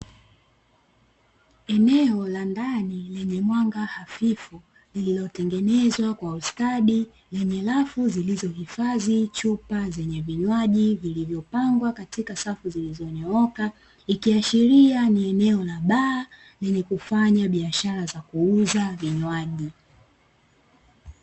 Eneo la ndani lenye mwanga hafifu, lililotengenezwa kwa ustadi, lenye rafu zilizohifadhi chupa zenye vinywaji vilivyopangwa katika safu zilizonyooka, ikiashiria ni eneo la baa lenye kufanya biashara za kuuza vinywaji.